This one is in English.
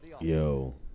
Yo